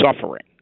suffering